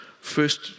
First